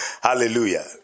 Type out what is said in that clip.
hallelujah